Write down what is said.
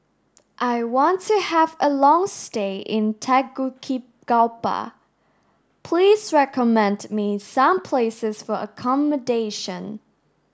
I want to have a long stay in Tegucigalpa please recommend me some places for accommodation